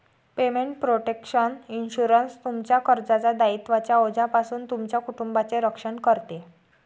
payment protection insurance, तुमच्या कर्जाच्या दायित्वांच्या ओझ्यापासून तुमच्या कुटुंबाचे रक्षण करते